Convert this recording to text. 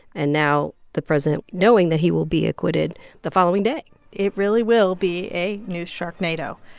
and now the president knowing that he will be acquitted the following day it really will be a new sharknado.